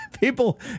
People